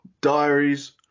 diaries